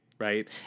Right